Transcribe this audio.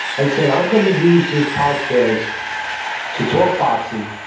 i said i'm going to use this podcast to talk boxing,